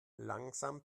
langsam